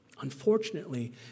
Unfortunately